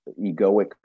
egoic